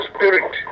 Spirit